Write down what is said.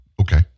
Okay